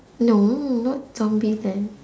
no not zombieland